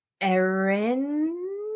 Erin